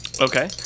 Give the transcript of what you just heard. Okay